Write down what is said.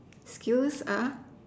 skills